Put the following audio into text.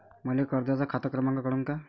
मले कर्जाचा खात क्रमांक कळन का?